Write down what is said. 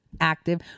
active